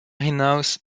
hinaus